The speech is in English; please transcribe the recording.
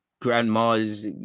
grandmas